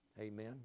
Amen